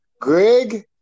Greg